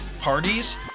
parties